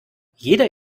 jeder